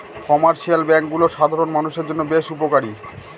commercial ব্যাঙ্কগুলো সাধারণ মানষের জন্য বেশ উপকারী